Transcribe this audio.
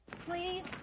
Please